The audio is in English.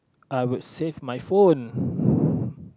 I would save my phone